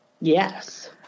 Yes